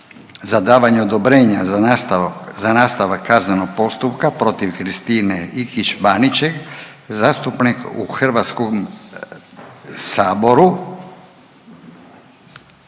za davanje odobrenja za nastavak kaznenog postupka protiv Kristine Ikić Baniček, zastupnice u Hrvatskom saboru.